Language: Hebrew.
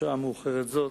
בשעה מאוחרת זו.